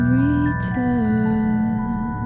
return